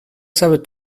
sabe